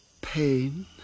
Pain